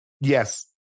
Yes